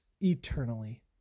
eternally